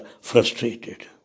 frustrated